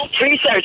Research